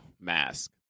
mask